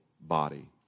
body